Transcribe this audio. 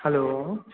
hello